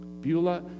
Beulah